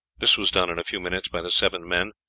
this was done in a few minutes by the seven men,